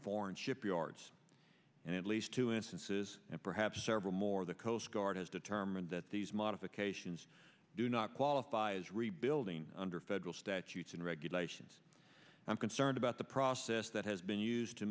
foreign shipyards and at least two instances and perhaps several more the coast guard has determined that these modifications do not qualify as rebuilding under federal statutes and regulations i'm concerned about the process that has been used to